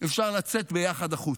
אפשר לצאת ביחד החוצה.